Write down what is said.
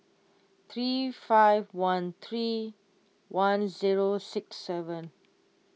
three five one three one zero six seven